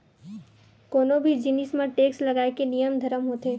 कोनो भी जिनिस म टेक्स लगाए के नियम धरम होथे